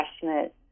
passionate